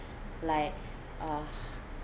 like ugh